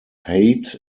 height